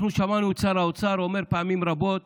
אנחנו שמענו את שר האוצר אומר פעמים רבות